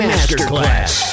Masterclass